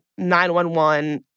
911